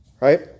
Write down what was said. right